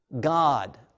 God